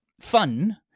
fun